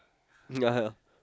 ya ya